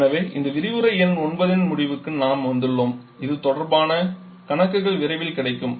எனவே இது விரிவுரை எண் 9 இன் முடிவுக்கு நாம் வந்துள்ளோம் இது தொடர்பான கணக்குகள் விரைவில் கிடைக்கும்